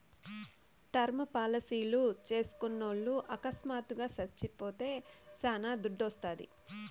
term పాలసీలు చేస్కున్నోల్లు అకస్మాత్తుగా సచ్చిపోతే శానా దుడ్డోస్తాది